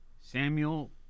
Samuel